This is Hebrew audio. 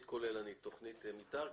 כוללנית, תכנית מתאר.